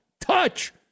touch